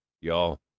Y'all